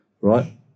right